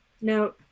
Now